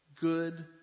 good